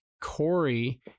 Corey